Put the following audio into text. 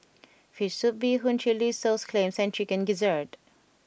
Fish Soup Bee Hoon Chilli Sauce Clams and Chicken Gizzard